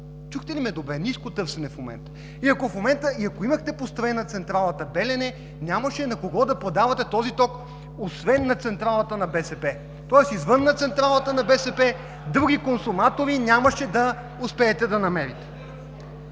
от БСП ЛБ.) Ако в момента имахте построена централата „Белене“, нямаше на кого да продавате този ток, освен на централата на БСП. Тоест извън централата на БСП други консуматори нямаше да успеете да намерите.